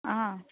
आं